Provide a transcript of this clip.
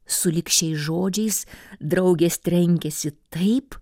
sulig šiais žodžiais draugės trenkėsi taip